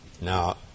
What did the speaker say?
Now